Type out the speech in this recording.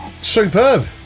Superb